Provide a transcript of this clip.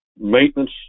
maintenance